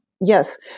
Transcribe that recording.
Yes